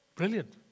Brilliant